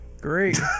Great